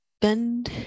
bend